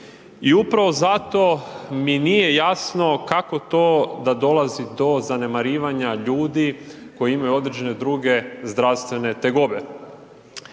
i upravo zato mi nije jasno kako to da dolazi do zanemarivanja ljudi koji imaju određene druge zdravstvene tegobe.